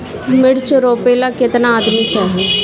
मिर्च रोपेला केतना आदमी चाही?